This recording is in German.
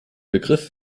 begriff